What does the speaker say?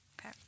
Okay